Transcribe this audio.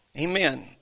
Amen